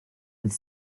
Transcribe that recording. with